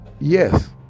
Yes